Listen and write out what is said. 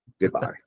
Goodbye